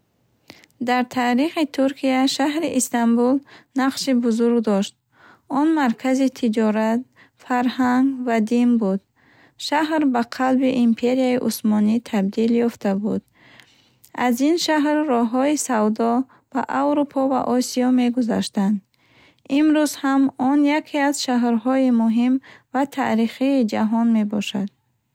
Дар таърихи Туркия шаҳри Истамбул нақши бузург дошт. Он маркази тиҷорат, фарҳанг ва дин буд. Шаҳр ба қалби Империяи Усмонӣ табдил ёфта буд. Аз ин шаҳр роҳҳои савдо ба Аврупо ва Осиё мегузаштанд. Имрӯз ҳам он яке аз шаҳрҳои муҳим ва таърихии ҷаҳон мебошад.